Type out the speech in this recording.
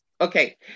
Okay